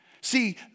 See